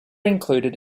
included